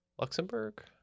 Luxembourg